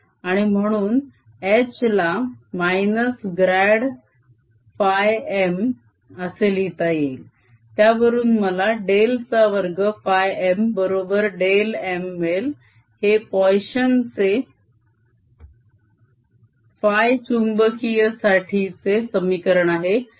आणि म्हणून H ला - ग्र्याड φM असे लिहिता येईल त्यावरून मला डेल चा वर्ग φM बरोबर डेल M मिळेल हे पोइशन चे φ चुंबकीय साठीचे समीकरण आहे